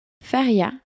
Faria